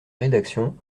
rédaction